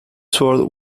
sword